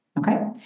Okay